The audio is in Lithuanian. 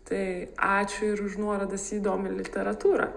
tai ačiū ir už nuorodas į įdomią literatūrą